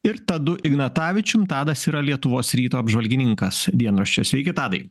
ir tadu ignatavičium tadas yra lietuvos ryto apžvalgininkas dienraščio sveiki tadai